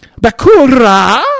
Bakura